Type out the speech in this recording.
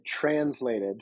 translated